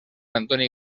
antoni